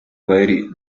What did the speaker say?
very